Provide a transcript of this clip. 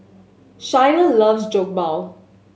Schuyler loves Jokbal